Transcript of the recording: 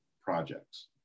projects